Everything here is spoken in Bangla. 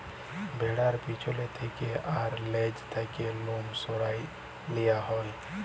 ভ্যাড়ার পেছল থ্যাকে আর লেজ থ্যাকে লম সরাঁয় লিয়া হ্যয়